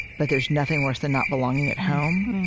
but there's nothing worse than not belonging at home